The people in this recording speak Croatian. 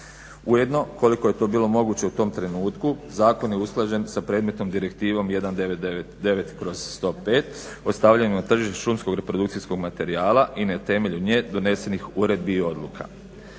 Ujedno koliko je to bilo moguće u tom trenutku zakon je usklađen sa predmetnom Direktivom 199/105 o stavljanju na tržište šumskog reprodukcijskog materijala i na temelju nje donesenih uredbi i odluka.